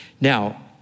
Now